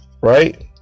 Right